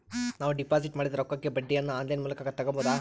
ನಾವು ಡಿಪಾಜಿಟ್ ಮಾಡಿದ ರೊಕ್ಕಕ್ಕೆ ಬಡ್ಡಿಯನ್ನ ಆನ್ ಲೈನ್ ಮೂಲಕ ತಗಬಹುದಾ?